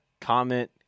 Comment